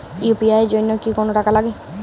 UPI এর জন্য কি কোনো টাকা লাগে?